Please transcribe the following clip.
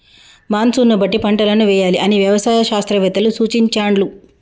monsoon బట్టి పంటలను వేయాలి అని వ్యవసాయ శాస్త్రవేత్తలు సూచించాండ్లు